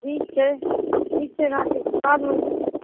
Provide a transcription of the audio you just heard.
ठीक छै ठीक छै राखै छी बाद मे